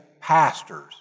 pastors